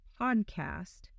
podcast